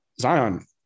Zion